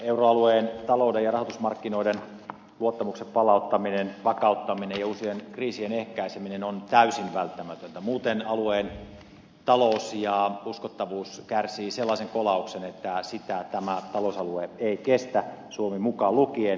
euroalueen talouden ja rahoitusmarkkinoiden luottamuksen palauttaminen vakauttaminen ja uusien kriisien ehkäiseminen on täysin välttämätöntä muuten alueen talous ja uskottavuus kärsivät sellaisen kolauksen että sitä tämä talousalue ei kestä suomi mukaan lukien